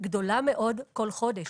גדולה מאוד כל חודש.